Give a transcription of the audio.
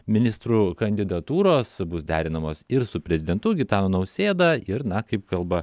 ministrų kandidatūros bus derinamos ir su prezidentu gitanu nausėda ir na kaip kalba